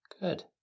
Good